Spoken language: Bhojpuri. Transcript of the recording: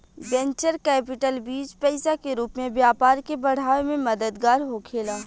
वेंचर कैपिटल बीज पईसा के रूप में व्यापार के बढ़ावे में मददगार होखेला